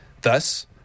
Thus